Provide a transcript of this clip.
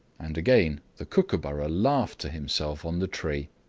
and again the kookooburra laughed to himself on the tree.